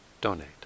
donate